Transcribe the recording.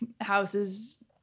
houses